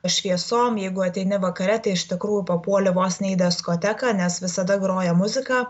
šviesom jeigu ateini vakare tai iš tikrųjų papuoli vos ne į deskoteką nes visada groja muzika